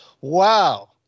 Wow